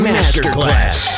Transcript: Masterclass